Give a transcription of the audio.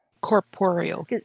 corporeal